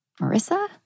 Marissa